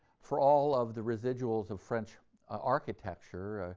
for all of the residuals of french architecture,